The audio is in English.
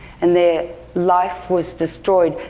and their life was destroyed,